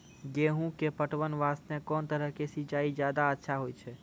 गेहूँ के पटवन वास्ते कोंन तरह के सिंचाई ज्यादा अच्छा होय छै?